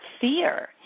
fear